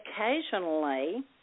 occasionally